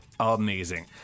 Amazing